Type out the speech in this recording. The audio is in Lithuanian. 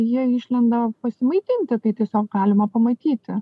jie išlenda pasimaitinti tai tiesiog galima pamatyti